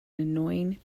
annoying